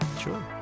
Sure